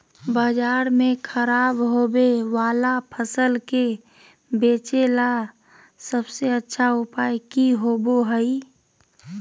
बाजार में खराब होबे वाला फसल के बेचे ला सबसे अच्छा उपाय की होबो हइ?